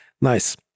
Nice